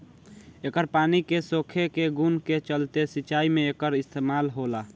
एकर पानी के सोखे के गुण के चलते सिंचाई में एकर इस्तमाल होला